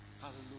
Hallelujah